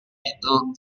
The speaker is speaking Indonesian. itu